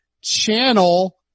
channel